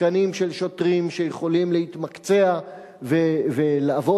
תקנים של שוטרים שיכולים להתמקצע ולעבוד